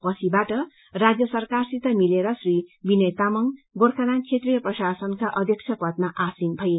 पछिबाट राज्यसरकासित मिलेर श्री विनय तामाङ गोख्रत्याण्ड क्षेत्रिय प्रशासनका अध्यक्ष पदमा आसिन भए